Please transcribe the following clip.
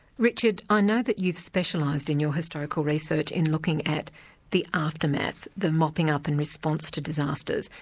richard, i know that you've specialised in your historical research, in looking at the aftermath, the mopping-up and response to disasters,